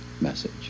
message